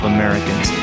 Americans